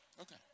Okay